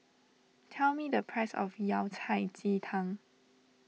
tell me the price of Yao Cai Ji Tang